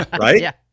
right